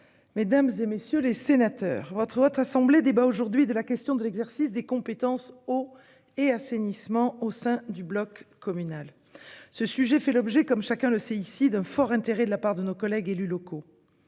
mesdames, messieurs les sénateurs, votre Haute Assemblée débat aujourd'hui de la question de l'exercice des compétences eau et assainissement au sein du bloc communal. Ce sujet fait l'objet d'un fort intérêt de la part de nos collègues élus locaux.